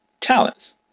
talents